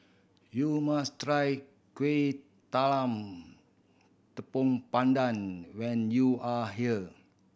you must try Kueh Talam Tepong Pandan when you are here